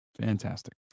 fantastic